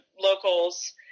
locals